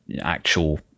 actual